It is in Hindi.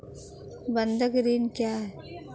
बंधक ऋण क्या है?